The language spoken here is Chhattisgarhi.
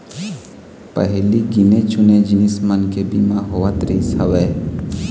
पहिली गिने चुने जिनिस मन के बीमा होवत रिहिस हवय